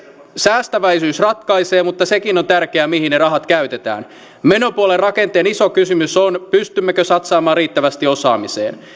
säästäväisyys ratkaisee mutta sekin on tärkeää mihin ne rahat käytetään menopuolen rakenteen iso kysymys on pystymmekö satsaamaan riittävästi osaamiseen